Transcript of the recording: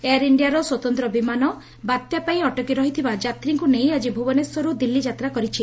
air India ସ୍ୱତନ୍ତ ବିମାନ ବାତ୍ୟାପାଇଁ ଅଟକି ରହିଥିବା ଯାତ୍ରୀଙ୍କୁ ନେଇ ଆଜି ଭୁବନେଶ୍ୱରରୁ ଦିଲ୍ଲୀ ଯାତ୍ରା କରିଛି